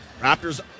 Raptors